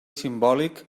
simbòlic